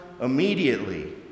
immediately